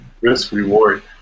risk-reward